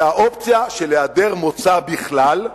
זה האופציה של היעדר מוצא בכלל,